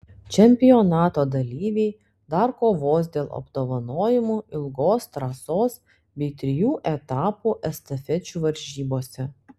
čempionato dalyviai dar kovos dėl apdovanojimų ilgos trasos bei trijų etapų estafečių varžybose